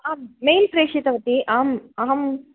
आम् मेल् प्रेषितवति आम् अहं